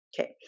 Okay